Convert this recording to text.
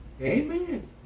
Amen